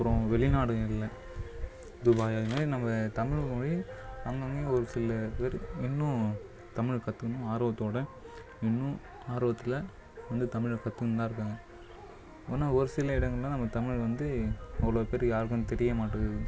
அப்புறோம் வெளி நாடுங்களில் துபாய் அந்த மாதிரி நம்ம தமிழ்மொழி அங்கங்கேயும் ஒரு சில பேருக்கு இன்னும் தமிழ் கற்றுக்கணும் ஆர்வத்தோடு இன்னும் ஆர்வத்தில் வந்து தமிழ கற்றுன்னு தான் இருக்காங்க ஆனால் ஒரு சில இடங்களில் நம்ம தமிழ் வந்து அவ்வளோ பேருக்கும் யாருக்கும் தெரியமாட்டேங்குது